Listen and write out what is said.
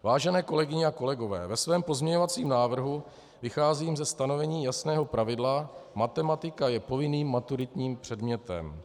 Vážené kolegyně a kolegové, ve svém pozměňovacím návrhu vycházím ze stanovení jasného pravidla: Matematika je povinným maturitním předmětem.